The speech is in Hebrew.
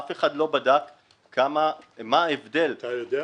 אף אחד לא בדק מה ההבדל --- אתה יודע?